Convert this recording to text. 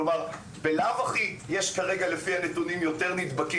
כלומר בלאו הכי יש כרגע לפי הנתונים יותר נדבקים